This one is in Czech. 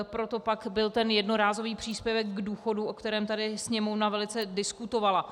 Proto pak byl ten jednorázový příspěvek k důchodu, o kterém tady Sněmovna velice diskutovala.